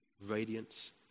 radiance